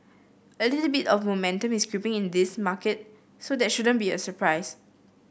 a little bit of momentum is creeping in this market so that shouldn't be a surprise